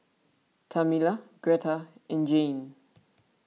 Tamela Gretta and Jayne